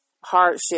hardship